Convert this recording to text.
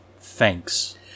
Thanks